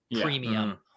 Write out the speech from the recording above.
premium